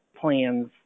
plans